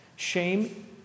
Shame